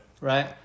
right